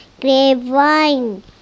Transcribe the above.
grapevine